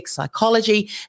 psychology